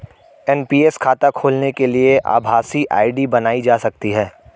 NPS खाता खोलने के लिए आभासी आई.डी बनाई जा सकती है